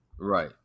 Right